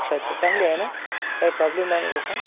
अच्छा अच्छा चांगली आहे ना काय प्रॉब्लेम नाही ना तसा